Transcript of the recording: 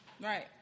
Right